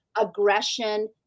aggression